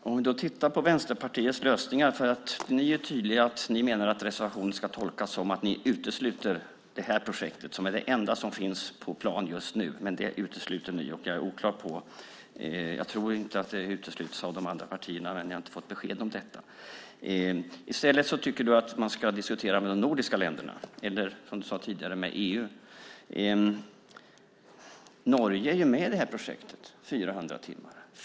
Fru talman! Låt oss titta på Vänsterpartiets lösningar. Ni är tydliga med att ni menar att reservationen ska tolkas så att ni utesluter det här projektet som är det enda som finns på plan just nu. Det utesluter ni. Jag tror inte att det utesluts av de andra partierna, men jag har inte fått besked om detta. Du tycker i stället att man ska diskutera med de nordiska länderna eller, som du sade tidigare, med EU. Norge är med i det här projektet med 400 timmar.